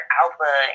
alpha